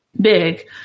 big